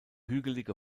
hügelige